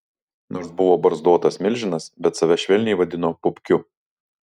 nors buvo barzdotas milžinas bet save švelniai vadino pupkiu